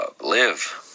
live